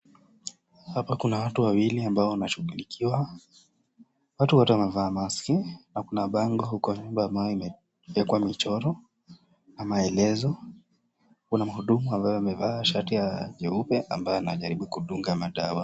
Hapa kuna watu wawili ambao wanashughulikiwa watu wote wamevaa meski na kuna bango huko nyuma ambayo imewekwa michoro na maelezo. Kuna mhudumu amevaa shati ya jeupe ambaye anajaribu kudunga madawa.